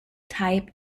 type